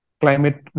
climate